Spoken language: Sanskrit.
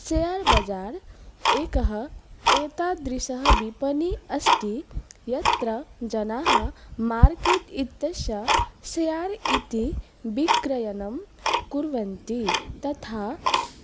सेयर् बज़ार् एकः एतादृशः विपणिः अस्ति यत्र जनाः मार्केत् इत्यस्य सेयार् इति विक्रयनं कुर्वन्ति तथा